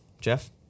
Jeff